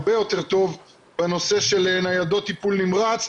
הרבה יותר טוב בנושא של ניידות טיפול נמרץ.